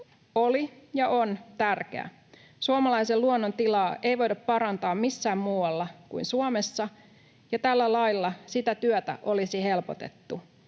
oli ja on tärkeä. Suomalaisen luonnon tilaa ei voida parantaa missään muualla kuin Suomessa, ja tällä lailla sitä työtä olisi helpotettu